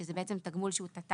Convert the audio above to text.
שזה תגמול שהוא תט"ר.